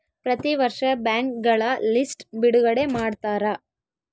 ಪ್ರತಿ ವರ್ಷ ಬ್ಯಾಂಕ್ಗಳ ಲಿಸ್ಟ್ ಬಿಡುಗಡೆ ಮಾಡ್ತಾರ